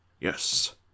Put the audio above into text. yes